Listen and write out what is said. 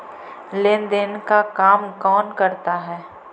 लेन देन का काम कौन करता है?